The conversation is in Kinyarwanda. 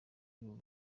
uru